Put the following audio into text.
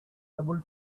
able